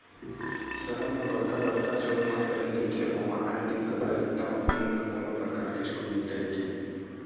सहर म बड़का बड़का जउन माल बने रहिथे ओमा आए दिन कपड़ा लत्ता म कोनो न कोनो परकार के छूट मिलते रहिथे